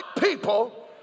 people